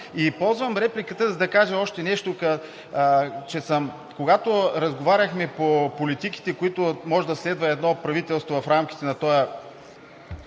Ползвам репликата, за да кажа още нещо. Когато разговаряхме по политиките, които може да следва едно правителство в рамките на този